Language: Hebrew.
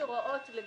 זה